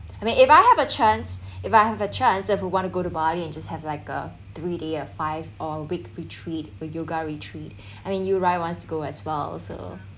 I mean if I have a chance if I have a chance if we want to go to bali and just have like a three day or five or week retreat with yoga retreat I mean yu rai wants to go as well also